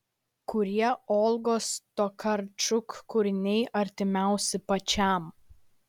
kurie olgos tokarčuk kūriniai artimiausi pačiam